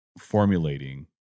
formulating